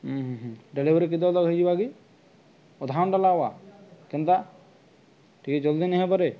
ହଁ ଡେଲିଭରି କରିଦେବ ହେବ କି ଅଧାଘଣ୍ଟା ଲାଗବା କେନ୍ତା ଟିକେ ଜଲ୍ଦି ନାଇଁ ହବାରେ